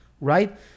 right